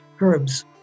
herbs